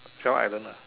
child island lah